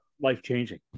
life-changing